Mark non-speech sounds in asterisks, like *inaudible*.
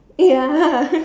ya *laughs*